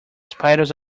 spiders